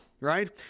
right